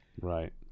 Right